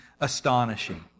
astonishing